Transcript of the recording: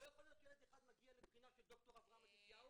לא יכול להיות שילד אחד מגיע לבחינה של ד"ר אברהם מתתיהו,